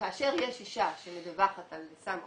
כאשר יש אישה שמדווחת על סם אונס,